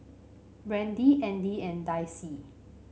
Brandie Andy and Dicie